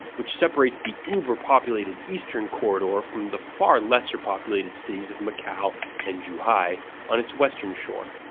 which separates the uber-populated eastern corridor from the far lesser populated cities of macau and zhuhai on its western shore.